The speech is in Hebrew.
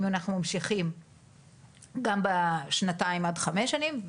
אם אנחנו ממשיכים גם בשנתיים עד חמש שנים,